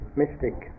mystic